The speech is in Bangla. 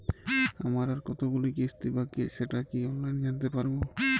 আমার আর কতগুলি কিস্তি বাকী আছে সেটা কি অনলাইনে জানতে পারব?